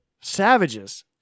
Savages